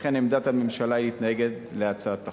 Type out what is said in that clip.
לכן עמדת הממשלה היא להתנגד להצעת החוק.